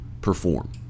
perform